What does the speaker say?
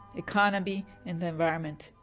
economy and the environment.